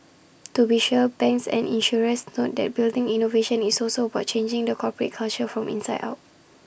to be sure banks and insurers note that building innovation is also about changing the corporate culture from inside out